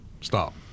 Stop